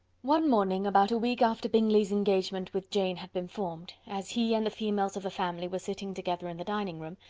one morning, about a week after bingley's engagement with jane had been formed, as he and the females of the family were sitting together in the dining-room,